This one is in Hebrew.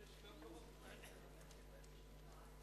כשעולים אל דוכן הכנסת ברגעים כאלה,